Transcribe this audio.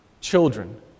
children